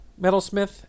metalsmith